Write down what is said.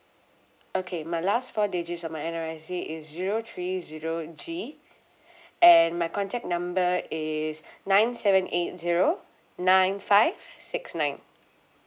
okay my last four digits of my N_R_I_C is zero three zero G and my contact number is nine seven eight zero nine five six nine